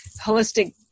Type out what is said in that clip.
holistic